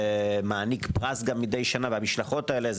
ומעניק פרס מדי שנה למשלחות האלה זה